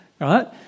right